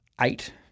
eight